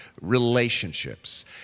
relationships